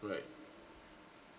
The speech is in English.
right